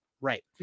Right